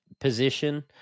position